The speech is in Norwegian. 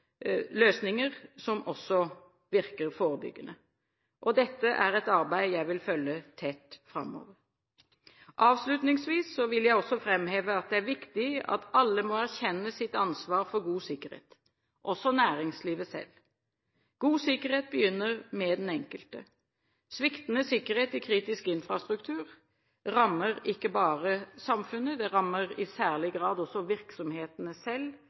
løsninger som også virker forebyggende. Dette er et arbeid jeg vil følge tett framover. Avslutningsvis vil jeg framheve at det er viktig at alle må erkjenne sitt ansvar for god sikkerhet, også næringslivet selv. God sikkerhet begynner med den enkelte. Sviktende sikkerhet i kritisk infrastruktur rammer ikke bare samfunnet, det rammer i særlig grad også virksomhetene selv,